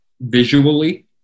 visually